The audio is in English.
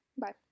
bye